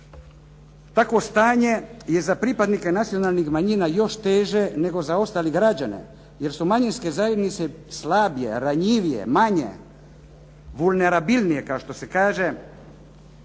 Takvo stanje je za pripadnike nacionalnih manjina još teže nego za ostale građane, jer su manjinske zajednice slabije, ranjivije, manje, vulnerabilnije kao što se kaže